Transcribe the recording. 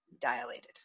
dilated